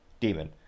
Demon